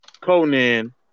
Conan